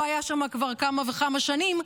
הוא לא היה שמה כבר כמה וכמה שנים,